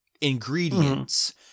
ingredients